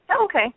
Okay